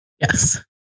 Yes